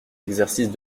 exercices